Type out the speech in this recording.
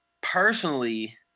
personally